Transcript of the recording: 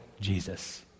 Jesus